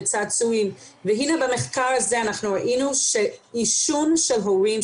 בצעצועים והנה במחקר הזה אנחנו ראינו שעישון של הורים,